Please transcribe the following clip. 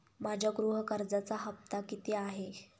माझ्या गृह कर्जाचा हफ्ता किती आहे?